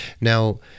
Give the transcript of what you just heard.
now